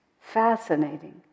fascinating